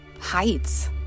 heights